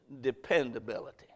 dependability